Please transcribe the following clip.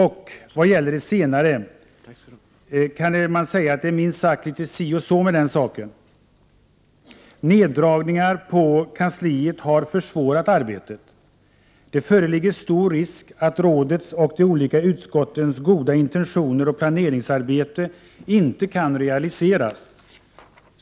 I vad gäller det senare har det varit minst sagt litet si och så. Neddragningar på kansliet har försvårat arbetet. Det föreligger stor risk för att rådets och de olika utskottens goda intentioner och planeringsarbete inte kan realiseras.